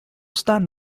stand